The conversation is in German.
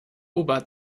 ober